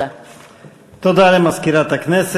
אברהם מיכאלי, נסים זאב,